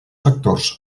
factors